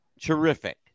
Terrific